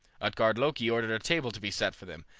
utgard-loki ordered a table to be set for them,